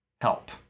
help